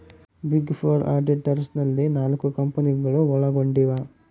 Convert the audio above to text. big four auditors ನಲ್ಲಿ ನಾಲ್ಕು ಕಂಪನಿಗಳು ಒಳಗೊಂಡಿವ